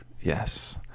Yes